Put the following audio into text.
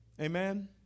Amen